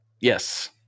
Yes